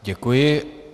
Děkuji.